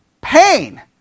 pain